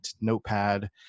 Notepad